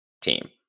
team